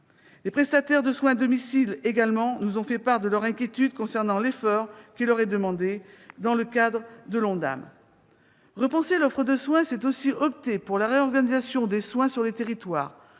Les prestataires de soins à domicile, également, nous ont fait part de leur inquiétude concernant l'effort qui leur est demandé dans le cadre de l'ONDAM. Repenser l'offre de soins, c'est aussi opter pour la réorganisation des soins sur les territoires.